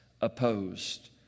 opposed